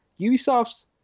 Ubisoft's